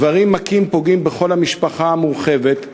גברים מכים פוגעים בכל המשפחה המורחבת,